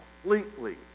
completely